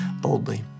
boldly